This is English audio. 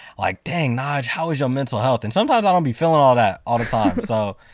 like dang nyge, how is your mental health? and sometimes i don't be feeling all that all the time. so,